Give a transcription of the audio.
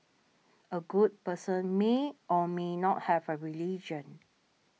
a good person may or may not have a religion